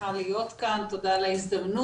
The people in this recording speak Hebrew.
שמחה להיות כאן, תודה על ההזדמנות.